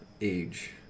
Age